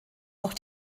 auch